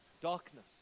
darkness